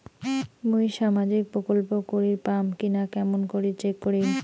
মুই সামাজিক প্রকল্প করির পাম কিনা কেমন করি চেক করিম?